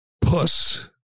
puss